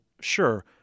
sure –